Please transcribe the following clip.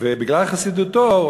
ובגלל חסידותו,